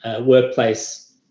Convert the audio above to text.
workplace